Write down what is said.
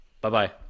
Bye-bye